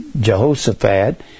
Jehoshaphat